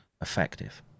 effective